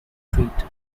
street